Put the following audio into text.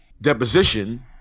deposition